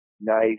nice